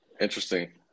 Interesting